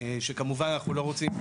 אמיר.